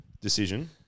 decision